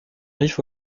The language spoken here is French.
rif